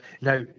Now